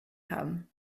come